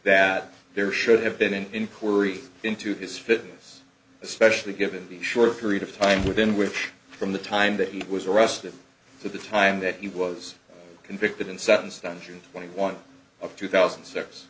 that there should have been an inquiry into his fitness especially given the short period of time within which from the time that he was arrested to the time that he was convicted and sentenced on june twenty one of two thousand s